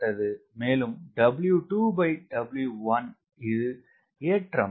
மேலும் இது ஏற்றம்